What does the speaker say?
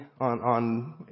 on